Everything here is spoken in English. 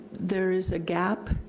there is a gap,